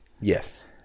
Yes